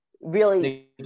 really-